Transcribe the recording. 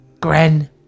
Gren